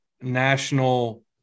national